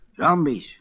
zombies